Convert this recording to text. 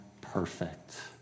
perfect